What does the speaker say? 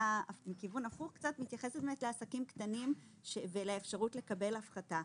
קצת מכיוון הפוך ומתייחסת לעסקים קטנים ולאפשרות לקבל הפחתה.